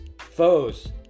foes